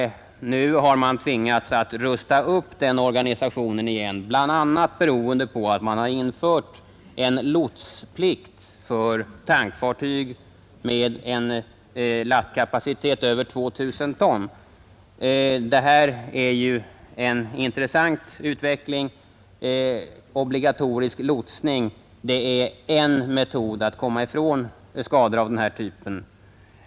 Nu har man tvingats rusta upp den organisationen igen, bl.a. beroende på att man har infört lotsplikt för tankfartyg med en lastkapacitet över 2 000 ton. Detta är en intressant utveckling. Obligatorisk lotsning är en metod att komma ifrån skador av den här typen.